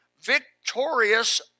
victorious